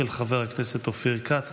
של חבר הכנסת אופיר כץ.